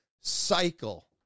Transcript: cycle